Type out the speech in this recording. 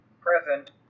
Present